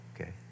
okay